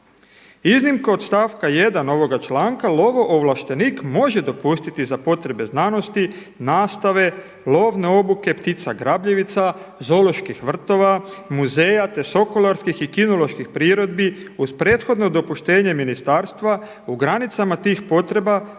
„Iznimka od stavka 1. ovog članka lovo ovlaštenik može dopustiti za potrebe znanosti, nastave, lovne obuke ptica grabljivica, zooloških vrtova, muzeja, te sokolarskih i kinoloških priredbi uz prethodno dopuštenje ministarstva u granicama tih potreba